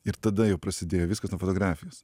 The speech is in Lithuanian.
ir tada jau prasidėjo viskas nuo fotografijos